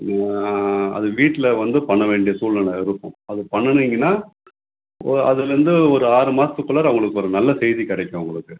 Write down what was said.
அது வீட்டில் வந்து பண்ண வேண்டிய சூழ்நிலை இருக்கும் அது பண்ணணீங்கன்னால் அதுலேருந்து ஒரு ஆறு மாதத்துக்குள்ளார உங்களுக்கு ஒரு நல்ல செய்தி கிடைக்கும் உங்களுக்கு